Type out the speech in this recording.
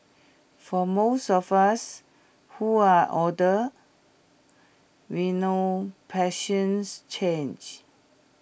for most of us who are older we know passions change